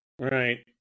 Right